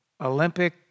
Olympic